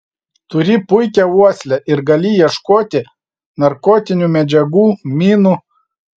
turi puikią uoslę ir gali ieškoti narkotinių medžiagų minų